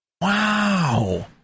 Wow